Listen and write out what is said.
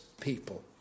people